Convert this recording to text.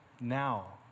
now